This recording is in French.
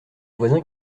voisins